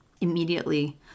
Immediately